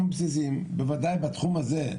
בוודאי בתחום הזה,